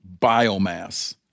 biomass